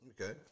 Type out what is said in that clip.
Okay